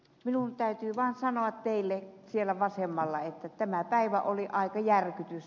minun täytyy vaan sanoa teille siellä vasemmalla että tämä päivä oli aika järkytys